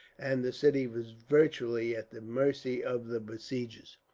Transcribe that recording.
and the city was virtually at the mercy of the besiegers.